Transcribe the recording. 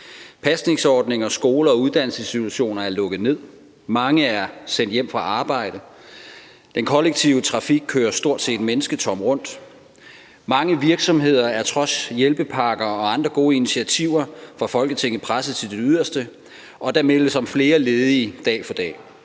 Pasningsordninger, skoler og uddannelsesinstitutioner er lukket ned. Mange er sendt hjem fra arbejde. Den kollektive trafik kører stort set mennesketom rundt. Mange virksomheder er trods hjælpepakker og andre gode initiativer fra Folketinget presset til det yderste, og der meldes om flere ledige dag for dag.